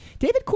David